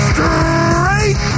Straight